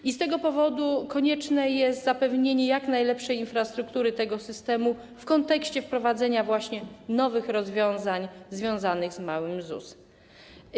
I z tego powodu konieczne jest zapewnienie jak najlepszej infrastruktury tego systemu w kontekście wprowadzenia nowych rozwiązań związanych z małym ZUS-em.